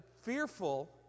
fearful